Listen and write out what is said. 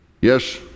Yes